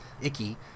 icky